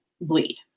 bleed